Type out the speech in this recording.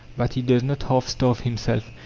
that he does not half starve himself,